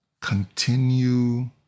continue